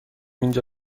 اینجا